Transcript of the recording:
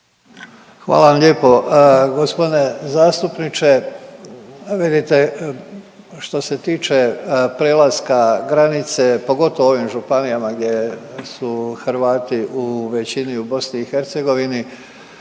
Hvala vam lijepo. G. zastupniče, vidite, što se tiče prelaska granice, pogotovo u ovim županijama gdje su Hrvati u većini u BiH,